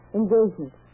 engagement